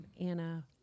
Anna